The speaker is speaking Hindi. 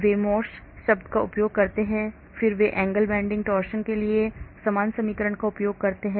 वे मोर्स शब्द का उपयोग करते हैं फिर वे angle bending torsion के लिए समान समीकरण का उपयोग करते हैं